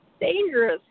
dangerous